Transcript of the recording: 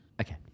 Okay